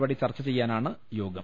നടപടി ചർച്ച ചെയ്യാനാണ് യോഗം